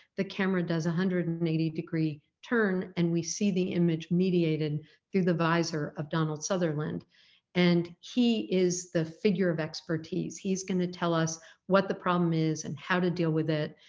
the camera does one hundred and eighty degree turn and we see the image mediated through the visor of donald sutherland and he is the figure of expertise, he's gonna tell us what the problem is and how to deal with it.